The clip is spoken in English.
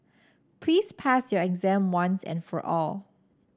please pass your exam once and for all